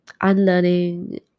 unlearning